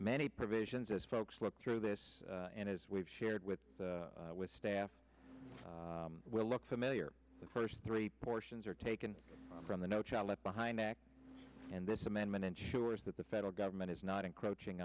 many provisions as folks look through this and as we've shared with with staff will look familiar the first three portions are taken from the no child left behind act and this amendment ensures that the federal government is not encroaching